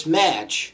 match